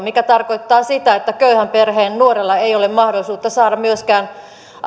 mikä tarkoittaa sitä että köyhän perheen nuorella ei ole mahdollisuutta saada myöskään